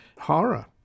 horror